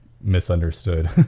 misunderstood